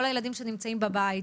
כל הילדים שנמצאים בבית,